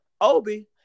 Obi